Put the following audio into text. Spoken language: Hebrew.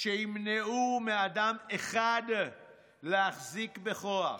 שימנעו מאדם אחד להחזיק בכוח,